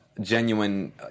genuine